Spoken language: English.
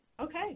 Okay